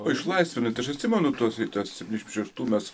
išlaisvinant aš atsimenu tuos aštuoniasdešimt šeštų mes